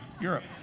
Europe